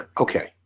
Okay